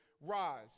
rise